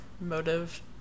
motive